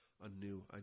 anew